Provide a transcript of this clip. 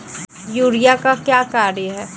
Urea का क्या कार्य हैं?